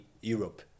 Europe